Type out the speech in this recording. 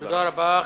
תודה רבה.